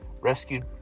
Rescued